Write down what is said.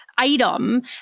item